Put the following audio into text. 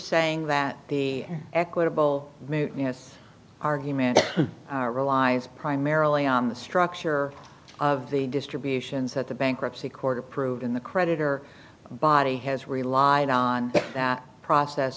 saying that the equitable argument relies primarily on the structure of the distributions that the bankruptcy court approved in the creditor body has relied on that process